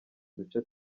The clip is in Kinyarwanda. duce